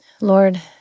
Lord